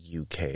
UK